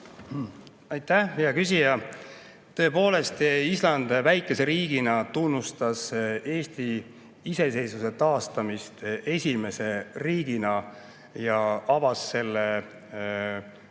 Aitäh, hea küsija! Tõepoolest, Island, väike riik, tunnustas Eesti iseseisvuse taastamist esimesena ja avas